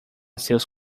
seus